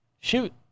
shoot